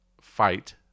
fight